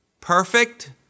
Perfect